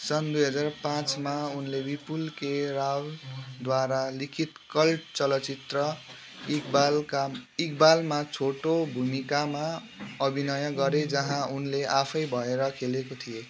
सन् दुई हजार पाँचमा उनले विपुल के रावलद्वारा लिखित कल्ट चलचित्र इकबालका इकबालमा छोटो भूमिकामा अभिनय गरे जहाँ उनले आफै भएर खेलेको थिए